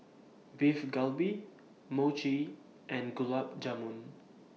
Beef Galbi Mochi and Gulab Jamun